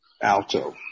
alto